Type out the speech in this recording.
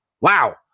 Wow